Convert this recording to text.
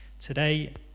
Today